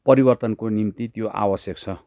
परिवर्तनको निम्ति त्यो आवश्यक छ